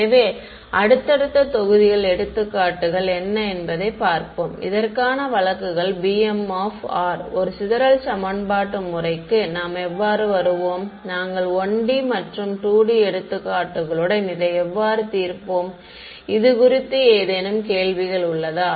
எனவே அடுத்தடுத்த தொகுதிகள் எடுத்துக்காட்டுகள் என்ன என்பதைப் பார்ப்போம் இதற்கான வழக்குகள் bm ஒரு சிதறல் சமன்பாட்டு முறைக்கு நாம் எவ்வாறு வருவோம் நாங்கள் 1 D மற்றும் 2 டி எடுத்துக்காட்டுகளுடன் இதை எவ்வாறு தீர்ப்போம் இது குறித்து ஏதேனும் கேள்விகள் உள்ளதா